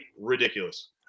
ridiculous